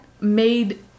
made